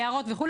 יערות וכו',